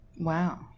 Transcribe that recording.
Wow